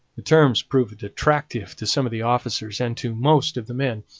the terms proved attractive to some of the officers and to most of the men.